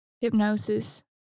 Hypnosis